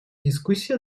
дискуссия